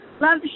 Love